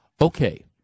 okay